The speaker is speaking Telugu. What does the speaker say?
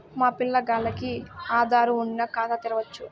మా పిల్లగాల్లకి ఆదారు వుండిన ఖాతా తెరవచ్చు